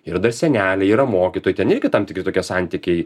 ir seneliai yra mokytojai ten irgi tam tikri tokie santykiai